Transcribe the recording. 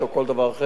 הם נותנים את זה.